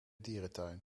dierentuin